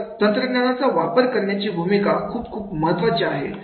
तर तंत्रज्ञानाचा वापर करण्याची भूमिका खूप खूप महत्त्वाची आहे